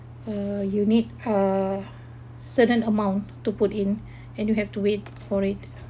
uh you need uh certain amount to put in and you have to wait for it